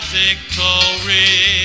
victory